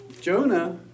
Jonah